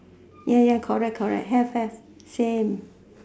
ya ya correct correct have have same